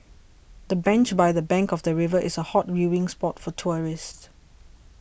the bench by the bank of the river is a hot viewing spot for tourists